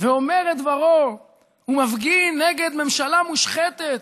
ואומר את דברו ומפגין נגד ממשלה מושחתת.